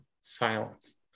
silence